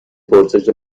پرسش